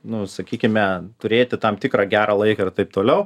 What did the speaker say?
nu sakykime turėti tam tikrą gerą laiką ir taip toliau